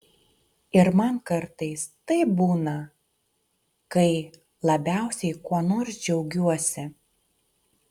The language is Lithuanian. ir man kartais taip būna kai labiausiai kuo nors džiaugiuosi